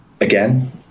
again